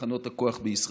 מתחנות הכוח בישראל.